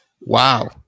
wow